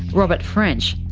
robert french,